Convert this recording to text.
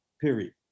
period